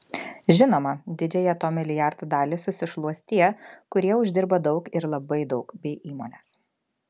žinoma didžiąją to milijardo dalį susišluos tie kurie uždirba daug ir labai daug bei įmonės